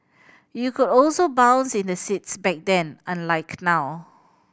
you could also bounce in the seats back then unlike now